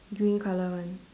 green colour [one]